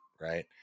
right